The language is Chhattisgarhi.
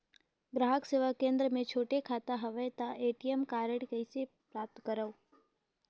ग्राहक सेवा केंद्र मे छोटे खाता हवय त ए.टी.एम कारड कइसे प्राप्त करव?